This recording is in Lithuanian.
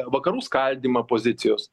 vakarų skaldymą pozicijos